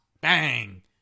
Bang